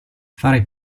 fare